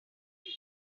view